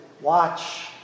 watch